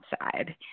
outside